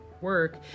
work